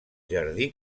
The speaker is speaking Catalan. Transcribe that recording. jardí